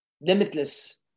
limitless